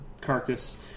carcass